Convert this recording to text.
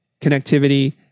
connectivity